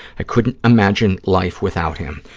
i couldn't imagine life without him.